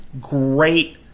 great